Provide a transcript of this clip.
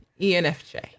ENFJ